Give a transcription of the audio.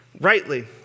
rightly